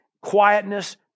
Quietness